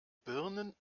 birnen